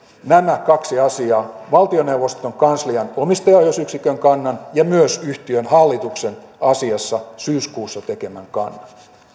nämä kaksi asiaa valtioneuvoston kanslian omistajaohjausyksikön kannan ja myös yhtiön hallituksen asiassa syyskuussa tekemän kannan